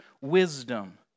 wisdom